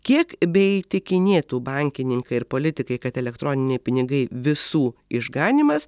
kiek beįtikinėtų bankininkai ir politikai kad elektroniniai pinigai visų išganymas